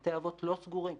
ובתי האבות לא סגורים.